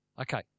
Okay